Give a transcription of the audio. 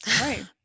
Right